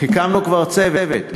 הקמנו כבר צוות,